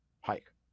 hike